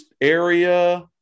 area